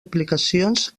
aplicacions